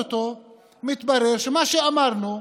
או-טו-טו מתברר שמה שאמרנו,